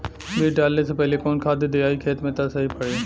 बीज डाले से पहिले कवन खाद्य दियायी खेत में त सही पड़ी?